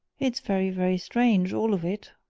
it's very, very strange all of it,